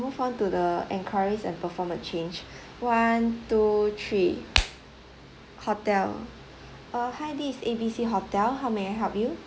move on to the enquires and perform a change one two three hotel uh hi this is A B C hotel how may I help you